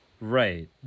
Right